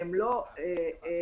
הלאה.